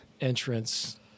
entrance